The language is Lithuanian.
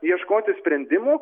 ieškoti sprendimų